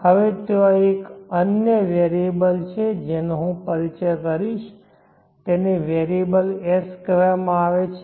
હવે ત્યાં એક અન્ય વેરીએબલ છે જેનો હું પરિચય કરીશ તેને વેરીએબલ S કહેવામાં આવે છે